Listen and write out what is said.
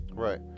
Right